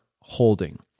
holding